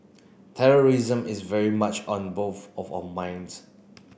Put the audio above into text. terrorism is very much on both of our minds